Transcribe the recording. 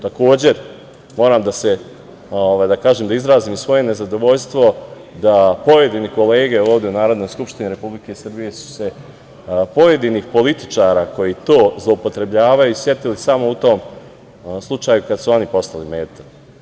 Takođe, moram da izrazim svoje nezadovoljstvo da pojedine kolege ovde u Narodnoj skupštini Republike Srbije su se pojedinih političara koji to zloupotrebljavaju, setili samo u tom slučaju kada su oni postali meta.